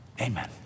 Amen